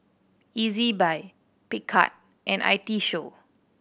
Ezbuy Picard and I T Show